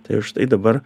tai štai dabar